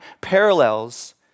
parallels